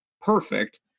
perfect